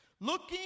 looking